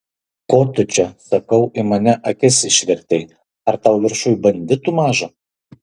ko tu čia sakau į mane akis išvertei ar tau viršuj banditų maža